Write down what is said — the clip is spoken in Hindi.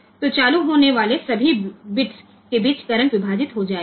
तो चालू होने वाले सभी बिट्स के बीच करंट विभाजित हो जाएंगे